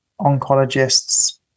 oncologists